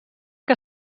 que